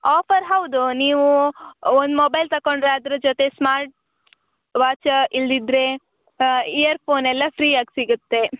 offer ಹೌದು ನೀವೂ ಒಂದು ಮೊಬೈಲ್ ತಕೊಂಡರೆ ಅದ್ರ ಜೊತೆ ಸ್ಮಾರ್ಟ್ ವಾಚ ಇಲ್ಲದಿದ್ರೆ ಇಯರ್ ಫೋನ್ ಎಲ್ಲ ಫ್ರೀಯಾಗಿ ಸಿಗುತ್ತೆ